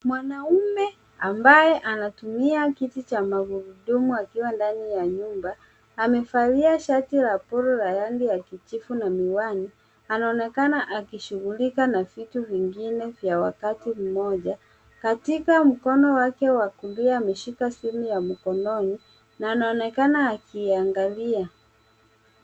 Mwanaume ambaye anatumia kiti cha magurudumu akiwa ndani ya nyumba amevalia shati la polo la rangi ya kijivu na miwani. Anaonenaka akishughulika na vitu vingine vya wakati mmoja. Katika mkono wake wa kulia ameshika simu ya mkononi na anaonekana akiiangalia.